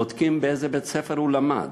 בודקים באיזה בית-ספר הוא למד.